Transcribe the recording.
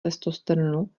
testosteronu